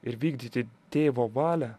ir vykdyti tėvo valią